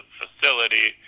facility